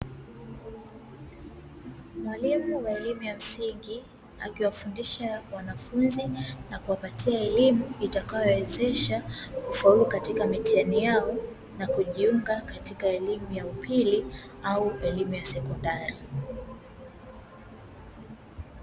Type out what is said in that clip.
Mwalimu wa elimu ya msingi, akiwafundisha wanafunzi na kuwapatia elimu itakayowawezesha kufaulu katika mitihani yao na kujiunga katika elimu ya upili au elimu ya sekondari.